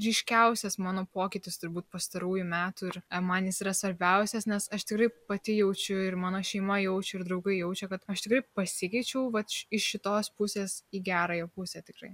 ryškiausias mano pokytis turbūt pastarųjų metų ir man yra svarbiausias nes aš tikrai pati jaučiu ir mano šeima jaučia ir draugai jaučia kad aš tikrai pasikeičiau vat iš šitos pusės į gerąją pusę tikrai